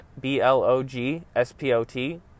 B-L-O-G-S-P-O-T